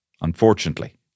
unfortunately